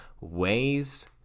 ways